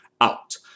out